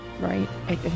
Right